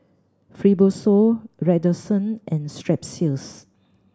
Fibrosol Redoxon and Strepsils